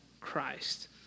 Christ